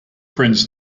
friends